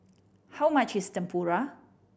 how much is Tempura